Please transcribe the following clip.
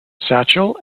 satchel